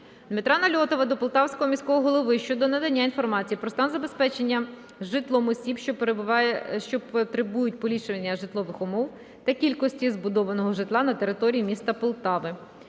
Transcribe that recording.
Дмитра Нальотова до Полтавського міського голови щодо надання інформації про стан забезпечення житлом осіб, що потребують поліпшення житлових умов та кількості збудованого житла на території міста Полтави.